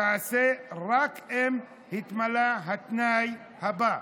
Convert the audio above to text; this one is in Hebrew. תיעשה רק אם התמלא התנאי הבא: